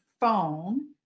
phone